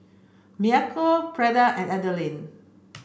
Maceo Freeda and Adaline